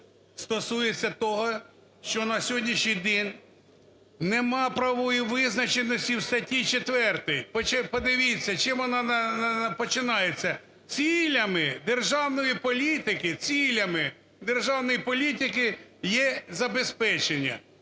стосується того, що на сьогоднішній день нема правової визначеності в статті 4. Подивіться, чим вона починається: "цілями державної політики"… "цілями